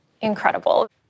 incredible